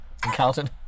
Carlton